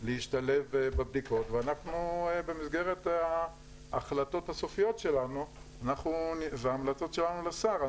להשתלב בבדיקות ואנחנו במסגרת ההחלטות הסופיות שלנו וההמלצות שלנו לשר,